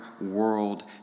world